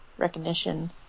recognition